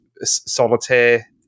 solitaire